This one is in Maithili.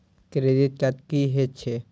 क्रेडिट कार्ड की हे छे?